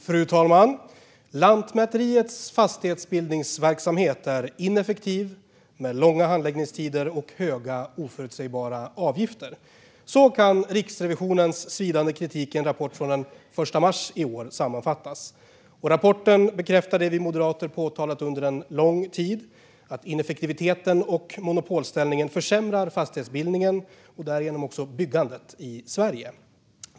Fru talman! Lantmäteriets fastighetsbildningsverksamhet är ineffektiv, med långa handläggningstider och höga, oförutsägbara avgifter. Så kan Riksrevisionens svidande kritik i en rapport från den 1 mars i år sammanfattas. Rapporten bekräftar det som vi moderater har påtalat under lång tid, nämligen att ineffektiviteten och monopolställningen försämrar fastighetsbildningen och därigenom byggandet i Sverige.